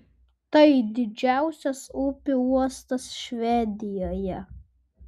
tai didžiausias upių uostas švedijoje